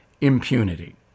impunity